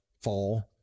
fall